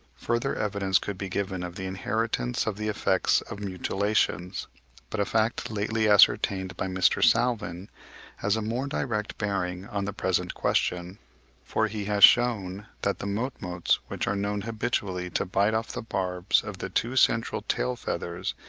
further evidence could be given of the inheritance of the effects of mutilations but a fact lately ascertained by mr. salvin has a more direct bearing on the present question for he has shewn that the motmots, which are known habitually to bite off the barbs of the two central tail-feathers,